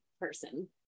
person